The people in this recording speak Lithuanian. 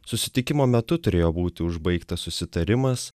susitikimo metu turėjo būti užbaigtas susitarimas